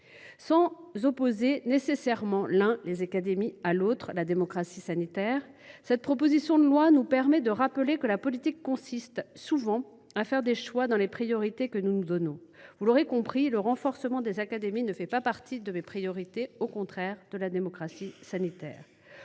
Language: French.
Sans opposer nécessairement les académies à la démocratie sanitaire, cette proposition de loi nous permet de rappeler que la politique consiste souvent à faire des choix dans les priorités que nous nous donnons. Vous l’aurez compris, le renforcement des académies ne fait pas partie de mes priorités, au contraire de la démocratie sanitaire.